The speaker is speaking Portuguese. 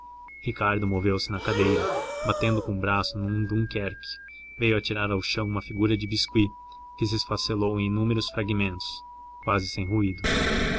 ricardo moveu se na cadeira batendo com o braço num dunkerque veio atirar ao chão uma figurinha de biscuit que se esfacelou em inúmeros fragmentos quase sem ruído